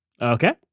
Okay